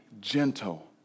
gentle